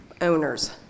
owners